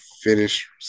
finish